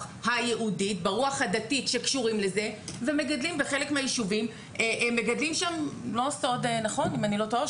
היהודית ברוח הדתית שקשורים לזה הם מגדלים שם ואם אני לא טועה,